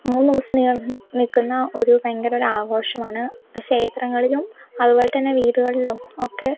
മൂന്നു ദിവസം നീണ്ട് നിക്കുന്ന ഒര് ഭയങ്കര ഒരു ആഘോഷം ആണ് ക്ഷേത്രങ്ങളിലും അതുപോലെ തന്നെ വീടുകളിലും ഒക്കെ